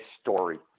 story